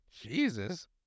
Jesus